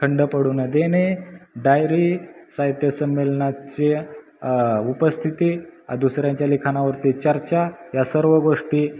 खंड पडू न देने डायरी साहित्य संमेलनातची उपस्थिती दुसऱ्यांच्या लिखाणावरती चर्चा या सर्व गोष्टी